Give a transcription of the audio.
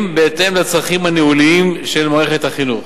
בהתאם לצרכים הניהוליים של מערכת החינוך.